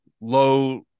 low